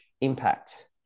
impact